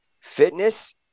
fitness